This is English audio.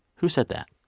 who said that?